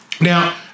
Now